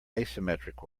asymmetric